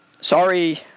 Sorry